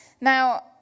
Now